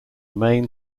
main